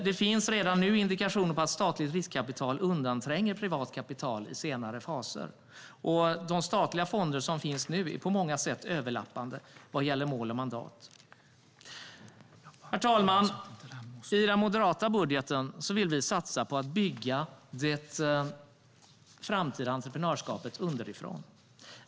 Det finns redan indikationer på att statligt riskkapital undantränger privat kapital i senare faser, och de statliga fonder som finns är på många sätt överlappande vad gäller mål och mandat. Herr talman! I den moderata budgeten vill vi satsa på att bygga det framtida entreprenörskapet underifrån.